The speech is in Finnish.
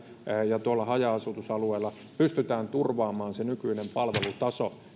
ja tuolla haja asutusalueilla pystytään turvaamaan se nykyinen palvelutaso